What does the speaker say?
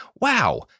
Wow